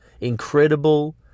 incredible